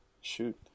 Shoot